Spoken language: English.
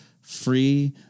free